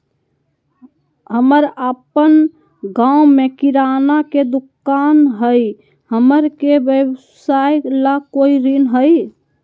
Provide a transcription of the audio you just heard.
हमर अपन गांव में किराना के दुकान हई, हमरा के व्यवसाय ला कोई ऋण हई?